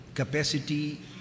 capacity